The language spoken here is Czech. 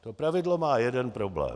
Toto pravidlo má jeden problém.